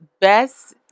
best